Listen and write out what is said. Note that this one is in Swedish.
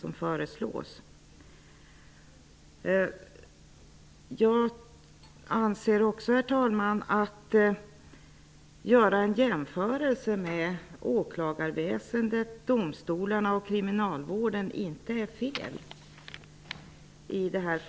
Jag anser att det i det här fallet inte är fel att göra en jämförelse med åklagarväsendet, domstolarna och kriminalvården.